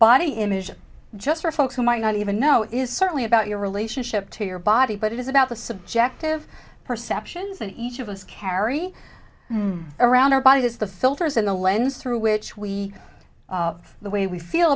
body image just for folks who might not even know is certainly about your relationship to your body but it is about the subjective perceptions that each of us carry around our by it is the filters and the lens through which we the way we feel